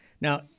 Now